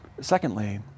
Secondly